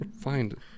find